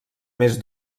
més